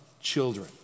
children